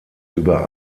über